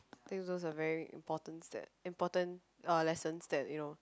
think those are very importance that important uh lessons that you know